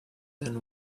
than